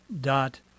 dot